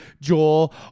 Joel